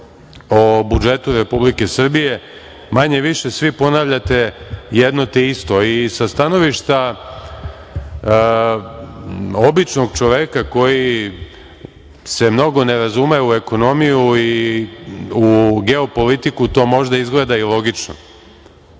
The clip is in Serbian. o budžetu Republike Srbije, manje-više svi ponavljate jedno te isto. I sa stanovišta običnog čoveka koji se mnogo ne razume u ekonomiju i u geopolitiku, to možda izgleda i logično,